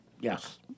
Yes